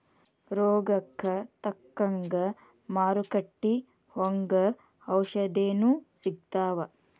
ರೋಗಕ್ಕ ತಕ್ಕಂಗ ಮಾರುಕಟ್ಟಿ ಒಂಗ ಔಷದೇನು ಸಿಗ್ತಾವ